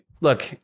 Look